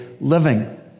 living